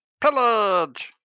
Pillage